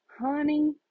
honey